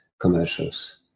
commercials